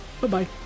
Bye-bye